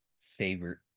Favorite